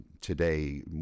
today